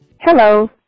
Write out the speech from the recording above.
Hello